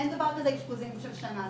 אין דבר כזה אשפוזים של שנה,